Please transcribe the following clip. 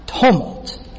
tumult